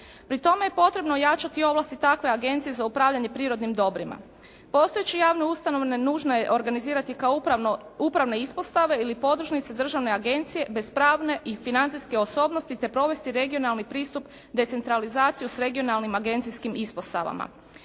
Pri tome je potrebno ojačati ovlasti takve agencije za upravljanje prirodnim dobrima. Postojeće javne ustanove nužno je organizirati kao upravne ispostave ili podružnice državne agencije bez pravne i financijske osobnosti te provesti regionalni pristup decentralizacije s regionalnim agencijskim ispostavama.